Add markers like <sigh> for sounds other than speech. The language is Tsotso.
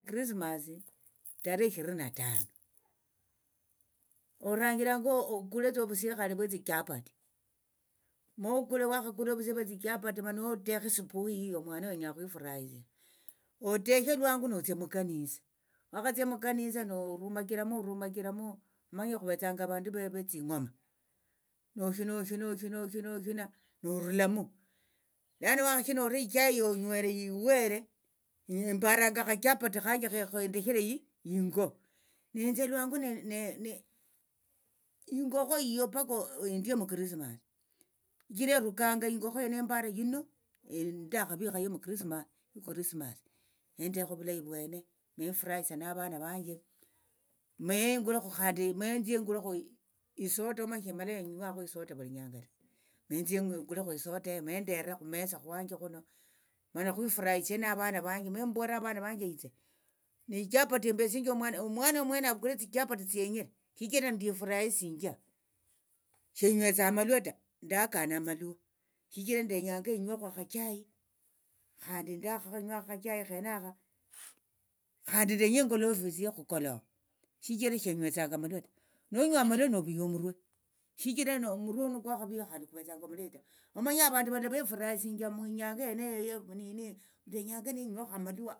Krismasi tare is ishirini na tano oranjiranga okuletsa ovusie khale vwe tsichapati mokule wakhakula ovusie vwe tsichapati mana otekhe subui iyo muana wenya khwifurahisia oteshe lwangu notsia mukanisa wakhatsia mukanisa norumachiramo orumachiramo omanye khuvetsanga avandu vetsingoma noshina oshina oshina oshina oshina oshina norulamu lano wakhashina orio ichai yonywere iwere imbaranga akhachapati khanje khendeshire ingo netsia lwangu <hesitation> ingokho hiyo paka endie mukrismasi shichira erukanga ingokho eyo nembara yino ndakhavikha yomukrismasi krismasi endiekho vulayi vwene nefurahisha navana vanje mengulekho khandi menthie ingulekho <hesitation> isoda omanye shemala inywakho isoda vulinyanga ta menthie ingulekho isoda eyo mendere khumesa khwanje khuno mana khwifurahishe navana vanje membolere avana vanje hitse ne ichapati imbesinjie omwana omwana omwene avukule tsichapati tsiyenyere shichira ndifurahisinjia shenywetsanga amalwa ta ndakana amalwa shichira ndenyanga enywekho akhachai khandi ndakhanywakho khachai khenakha khandi ndenye ingolofisie khukolova shichira shenywetsanga amalwa ta nonywa amalwa nobiya omurwe shichira nomurwe nikwkhaviya khandi kuvetsanga omulei ta omanye avandu valala vifurahisinjia muinyanga yeneyo nini ndenyanga nenywekho amalwa.